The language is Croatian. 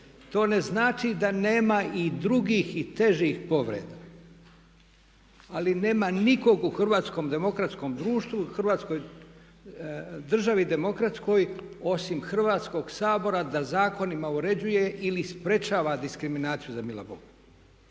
To ne znači da nema i drugih i težih povreda, ali nema nikog u hrvatskom demokratskom društvu, u hrvatskoj državi demokratskoj osim Hrvatskog sabora da zakonima uređuje ili sprječava diskriminaciju za milog Boga.